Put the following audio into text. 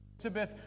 Elizabeth